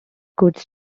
goods